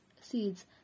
seeds